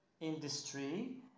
industry